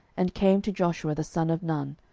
and came to joshua the son of nun,